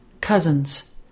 cousins